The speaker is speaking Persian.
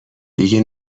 دیگه